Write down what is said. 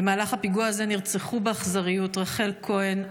בפיגוע הזה נרצחו באכזריות רחל כהן,